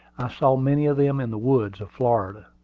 saw many of them in the woods of florida.